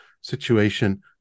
situation